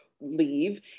leave